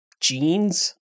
jeans